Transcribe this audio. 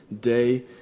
day